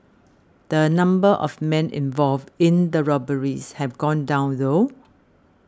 the number of men involved in the robberies have gone down though